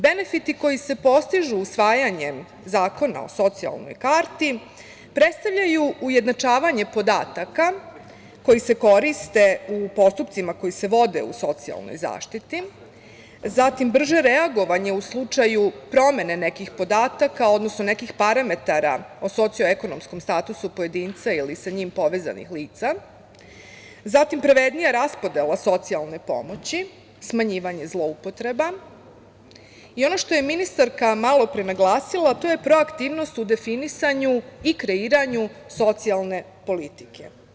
Benefiti koji se postižu usvajanjem zakona o socijalnoj karti predstavljaju ujednačavanje podataka koji se koriste u postupcima koji se vode u socijalnoj zaštiti, zatim, brže reagovanje u slučaju promene nekih podataka, odnosno nekih parametara socioekonomskom statusu pojedinca ili sa njim povezanih lica, zatim, pravednija raspodela socijalne pomoći, smanjivanje zloupotreba i ono što je ministarka malopre naglasila to je proaktivnost u definisanju i kreiranju socijalne politike.